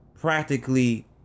practically